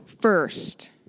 First